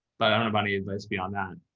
but i don't have any advice beyond that.